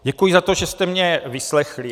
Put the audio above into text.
Děkuji za to, že jsme mě vyslechli.